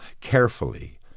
carefully